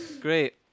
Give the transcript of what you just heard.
Great